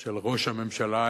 של ראש הממשלה.